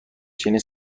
چنین